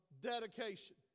dedication